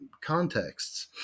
contexts